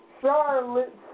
Charlotte